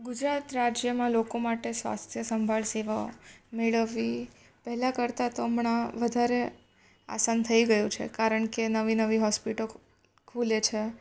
ગુજરાત રાજ્યમાં લોકો માટે સ્વાસ્થ્ય સંભાળ સેવાઓ મેળવવી પહેલાં કરતાં તો હમણાં વધારે આસાન થઈ ગયું છે કારણ કે નવી નવી હોસ્પિટલો ખૂલે છે